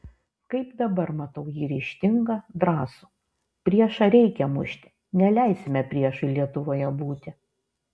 kaip dabar matau jį ryžtingą drąsų priešą reikia mušti neleisime priešui lietuvoje būti